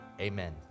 Amen